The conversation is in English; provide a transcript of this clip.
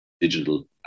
digital